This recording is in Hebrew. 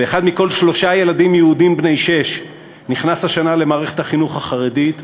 ואחד מכל שלושה ילדים יהודים בני שש נכנס השנה למערכת החינוך החרדית,